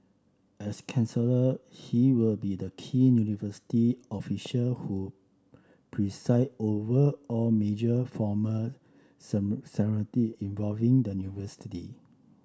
as he will be the key university official who preside over all major formal involving the university